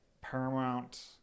paramount